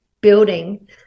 building